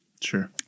Sure